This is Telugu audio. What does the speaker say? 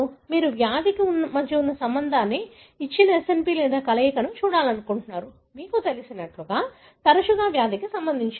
మీరు వ్యాధికి మధ్య ఉన్న సంబంధాన్ని ఇచ్చిన SNP లేదా కలయికను చూడాలనుకుంటున్నారు మీకు తెలిసినట్లుగా తరచుగా వ్యాధికి సంబంధించినది